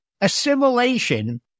assimilation